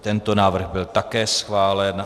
Tento návrh byl také schválen.